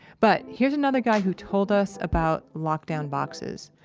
but here's another guy who told us about lockdown boxes.